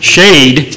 Shade